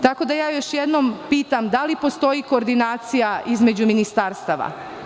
Tako da ja još jednom pitam – da li postoji koordinacija između ministarstava?